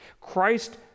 Christ